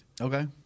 Okay